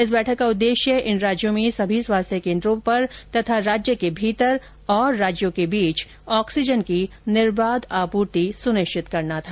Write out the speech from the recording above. इस बैठक का उद्देश्य इन राज्यों में सभी स्वास्थ्य केन्द्रों पर तथा राज्य के भीतर और राज्यों के बीच ऑक्सीजन की निर्बाध आपूर्ति सुनिश्चित करना था